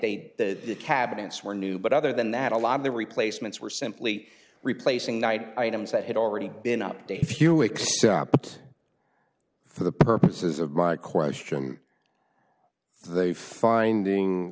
the cabinets were new but other than that a lot of the replacements were simply replacing night items that had already been up to a few weeks but for the purposes of my question they finding